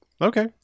Okay